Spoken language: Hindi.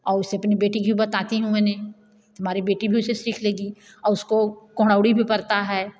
और उससे बेटी को बताती हूँ मैंने तो हमारी बेटी भी सीख लेगी और उसको भी बनता है